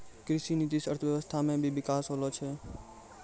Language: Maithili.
कृषि नीति से अर्थव्यबस्था मे भी बिकास होलो छै